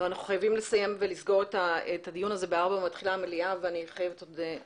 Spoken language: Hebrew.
אבל אנחנו חייבים לסגור את הדיון הזה כי מתחילה המליאה בשעה ארבע.